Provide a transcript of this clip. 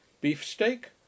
Beef-steak